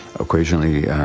occasionally